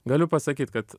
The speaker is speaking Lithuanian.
galiu pasakyt kad